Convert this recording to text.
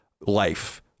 life